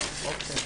מודריק.